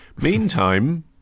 Meantime